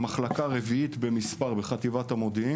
מחלקה רביעית במספר בחטיבת המודיעין.